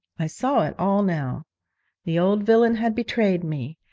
i saw it all now the old villain had betrayed me,